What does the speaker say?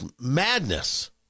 madness